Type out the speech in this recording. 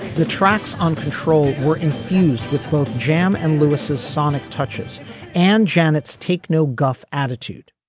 the tracks on control were infused with both jam and lewis's sonic touches and janet's take no guff attitude.